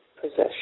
possession